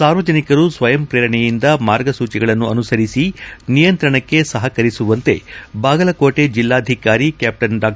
ಸಾರ್ವಜನಿಕರು ಸ್ವಯಂ ಶ್ರೇರಣೆಯಿಂದ ಮಾರ್ಗಸೂಚಿಗಳನ್ನು ಅನುಸರಿಸಿ ನಿಯಂತ್ರಣಕ್ಕೆ ಸಹಕರಿಸುವಂತೆ ಬಾಗಲಕೋಟೆ ಜಲ್ಲಾಧಿಕಾರಿ ಕ್ಯಾಪ್ಪನ್ ಡಾ